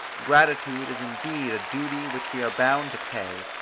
gratitude is indeed a duty which we are bound to pay,